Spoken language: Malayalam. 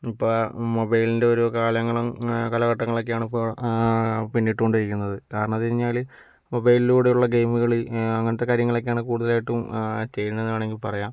ഇപ്പോൾ മൊബൈലിൻ്റെ ഓരോ കാലങ്ങളും കാലഘട്ടങ്ങളൊക്കെയാണ് ഇപ്പോൾ പിന്നിട്ടുകൊണ്ട് ഇരിക്കുന്നത് കാരണം മൊബൈലിലൂടെ ഉള്ള ഗെയിം കളി അങ്ങനത്തെ കാര്യങ്ങളൊക്കെയാണ് കൂടുതലായിട്ടും ചെയ്യുന്നത് വേണമെങ്കിൽ പറയാം